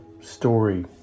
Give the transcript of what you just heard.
story